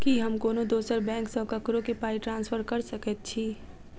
की हम कोनो दोसर बैंक सँ ककरो केँ पाई ट्रांसफर कर सकइत छि?